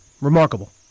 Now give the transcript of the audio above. Remarkable